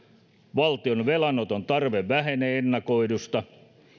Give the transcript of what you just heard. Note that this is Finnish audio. valtion velanoton tarve vähenee ennakoidusta